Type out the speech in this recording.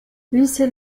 lindsay